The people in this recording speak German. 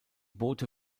boote